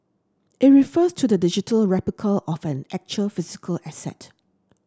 it refers to the digital replica of an actual physical asset